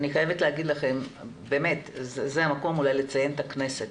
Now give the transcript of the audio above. זה המקום אולי לציין את הכנסת,